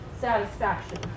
satisfaction